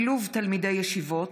(שילוב תלמידי ישיבות),